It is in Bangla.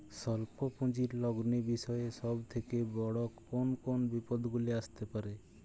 স্বল্প পুঁজির লগ্নি বিষয়ে সব থেকে বড় কোন কোন বিপদগুলি আসতে পারে?